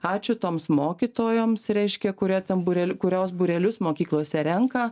ačiū toms mokytojoms reiškia kurie ten būreli kurios būrelius mokyklose renka